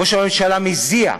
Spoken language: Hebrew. ראש הממשלה מזיע.